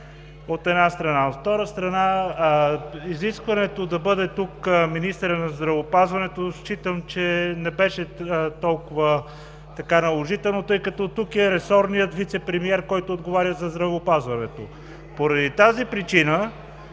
от една страна. От втора страна, изискването да бъде тук министърът на здравеопазването, считам, че не беше толкова наложително, тъй като тук е ресорният вицепремиер, който отговаря за здравеопазването. Поради тази причина